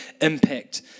impact